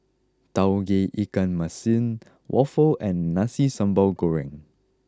Tauge Ikan Masin Waffle and Nasi Sambal Goreng